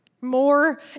more